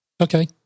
Okay